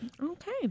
Okay